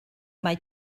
mae